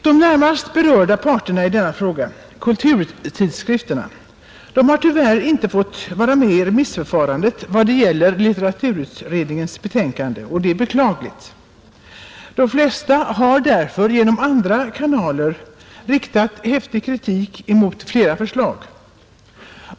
De närmast berörda parterna i detta fall — kulturtidskrifterna — har tyvärr inte fått vara med i remissförfarandet vad det gäller litteraturutredningens betänkande, Detta är beklagligt. De flesta har genom andra kanaler riktat häftig kritik mot flera förslag.